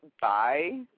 bye